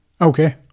Okay